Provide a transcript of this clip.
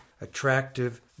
attractive